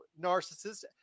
narcissist